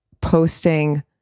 posting